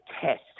test